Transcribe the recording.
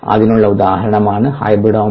അതിനുള്ള ഉദാഹരണമാണ് ഹൈബ്രിഡോമ